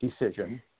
decision